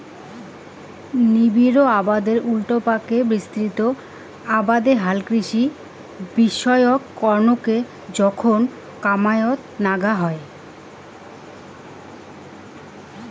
নিবিড় আবাদের উল্টাপাকে বিস্তৃত আবাদত হালকৃষি বিষয়ক কণেক জোখন কামাইয়ত নাগা হই